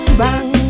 bang